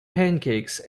pancakes